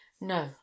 No